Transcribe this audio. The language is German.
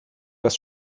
das